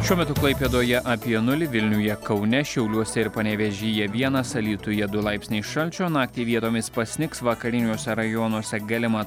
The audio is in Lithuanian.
šiuo metu klaipėdoje apie nulį vilniuje kaune šiauliuose ir panevėžyje vienas alytuje du laipsniai šalčio naktį vietomis pasnigs vakariniuose rajonuose galima